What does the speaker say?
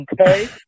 Okay